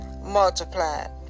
multiplied